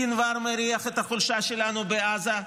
סנוואר מריח את החולשה שלנו בעזה,